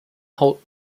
holt